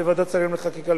בוועדת שרים לחקיקה,